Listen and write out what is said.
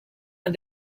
and